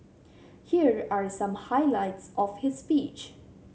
here are some highlights of his speech